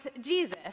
Jesus